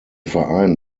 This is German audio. verein